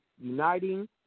uniting